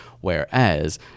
Whereas